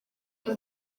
tuba